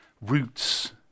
roots